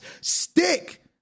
stick